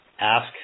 ask